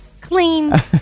clean